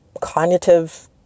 cognitive